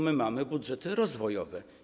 My mamy budżety rozwojowe.